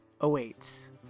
awaits